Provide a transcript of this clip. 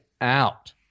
out